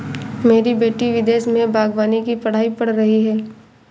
मेरी बेटी विदेश में बागवानी की पढ़ाई पढ़ रही है